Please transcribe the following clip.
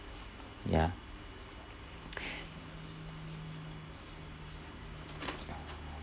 ya